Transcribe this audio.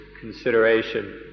consideration